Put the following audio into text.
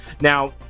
Now